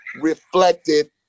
reflected